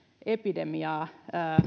epidemiaa